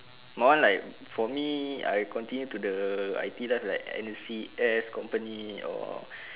my one like for me I continue to the I_T line like N_C_S company or